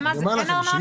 אין ארנונה?